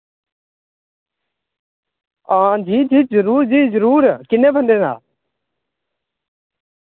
हां जी जी जरूर जी जरूर किन्ने बंदें दा